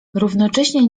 równocześnie